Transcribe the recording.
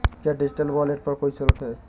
क्या digital wallet पर कोई शुल्क है?